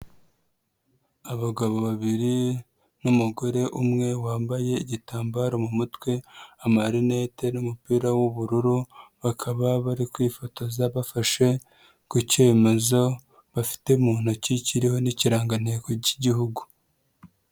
Abagabo babiri n'umugore umwe wambaye igitambaro mu mutwe amarinete n'umupira w'ubururu, bakaba bari kwifotoza bafashe, ku cyemezo bafite mu ntoki kiriho n'ikirangantego k'igihugu.